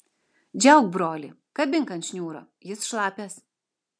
džiauk brolį kabink ant šniūro jis šlapias